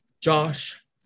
Josh